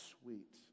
sweet